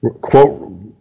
Quote